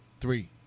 Three